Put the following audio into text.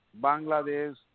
Bangladesh